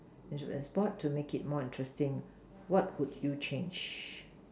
is a sport to make it more interesting what would you change